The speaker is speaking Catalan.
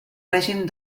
règim